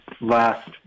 last